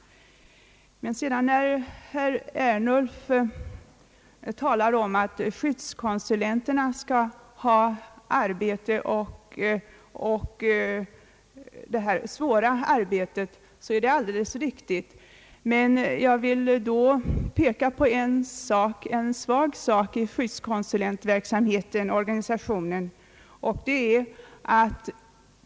Men när sedan herr Ernulf talar om att skyddskonsulenterna skall hjälpa till med det svåra arbetet, vill jag påpeka att även om det är alldeles riktigt att skyddskonsulenterna hjälper till, finns en svag sak i skyddskonsulentorganisationen.